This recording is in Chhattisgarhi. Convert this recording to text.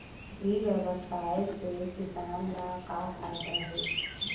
ई व्यवसाय से किसान ला का फ़ायदा हे?